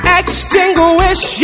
extinguish